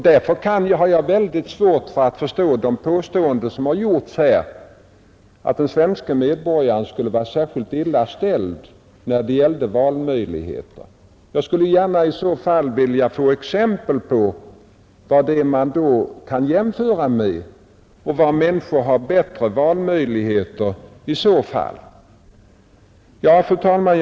Jag har därför mycket svårt att förstå de påståenden som här har gjorts, nämligen att den svenske medborgaren skulle vara särskilt illa ställd när det gäller valmöjligheter. Jag skulle i så fall gärna vilja få exempel på vad det finns att jämföra med och var människor har bättre valmöjligheter. Fru talman!